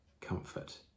comfort